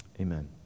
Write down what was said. Amen